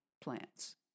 plants